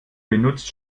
benutzt